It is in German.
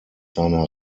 seiner